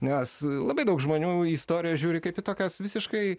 nes labai daug žmonių į istorijas žiūri kaip į tokias visiškai